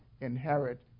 inherit